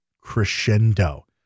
crescendo